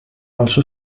also